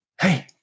hey